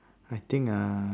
I think uh